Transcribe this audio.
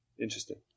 interesting